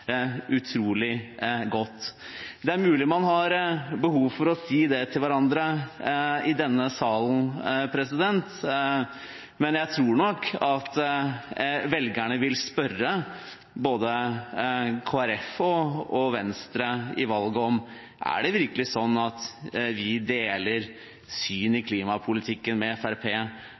utrolig godt. Det er mulig man har behov for å si det til hverandre i denne salen, men jeg tror nok at velgerne vil spørre både Kristelig Folkeparti og Venstre i valget: Er det virkelig sånn at vi deler syn i klimapolitikken med